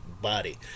body